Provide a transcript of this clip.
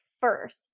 first